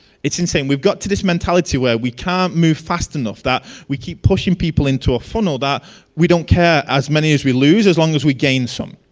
it's insane, we've got to this mentality where we can't move fast enough that we keep pushing people into a funne ah we don't care as many as we lose, as long as we gain some.